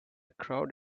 crowd